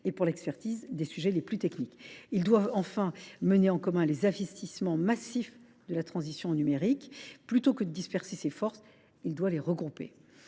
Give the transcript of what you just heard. et l’expertise des sujets les plus techniques. Il doit enfin mener en commun les investissements massifs de la transition numérique. Plutôt que de disperser ses forces, il doit les regrouper.